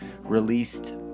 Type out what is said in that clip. released